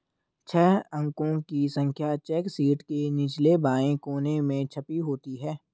छह अंकों की संख्या चेक शीट के निचले बाएं कोने में छपी होती है